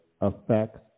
affects